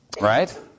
Right